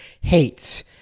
Hates